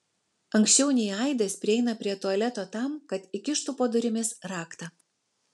anksčiau nei aidas prieina prie tualeto tam kad įkištų po durimis raktą